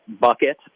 bucket